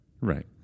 Right